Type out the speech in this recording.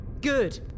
Good